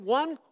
one